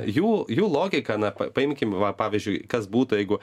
jų jų logika na paimkim va pavyzdžiui kas būtų jeigu